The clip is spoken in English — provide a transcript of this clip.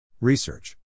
Research